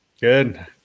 Good